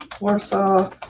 Warsaw